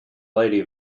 lady